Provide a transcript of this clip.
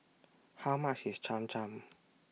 How much IS Cham Cham